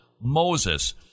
Moses